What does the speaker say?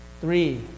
Three